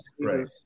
right